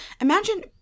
Imagine